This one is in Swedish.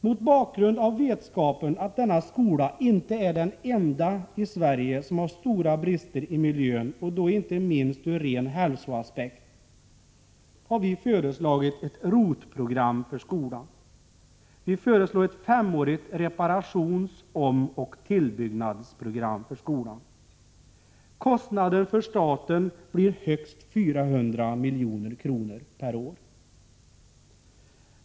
Mot bakgrund av vetskapen att denna skola inte är den enda i Sverige som har stora brister i miljön, och då inte minst ur hälsoaspekt, har vi föreslagit ett ROT-program för skolan. Vi föreslår ett femårigt reparations-, omoch tillbyggnadsprogram. Kostnaden för staten blir högst 400 milj.kr. per år.